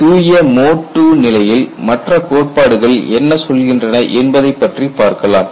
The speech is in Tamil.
தூய மோட் II நிலையில் மற்ற கோட்பாடுகள் என்ன சொல்கின்றன என்பதை பற்றி பார்க்கலாம்